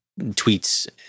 tweets